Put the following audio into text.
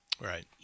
Right